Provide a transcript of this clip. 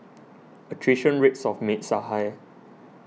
attrition rates of maids are high